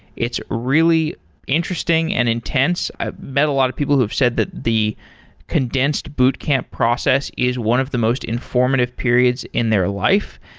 it's really interesting and intense. i've met a lot of people who have said that the condensed boot camp process is one of the most informative periods in their life.